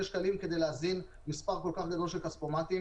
שקלים כדי להזין מספר כל כך גדול של כספומטים,